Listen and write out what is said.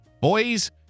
Boys